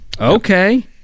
Okay